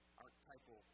archetypal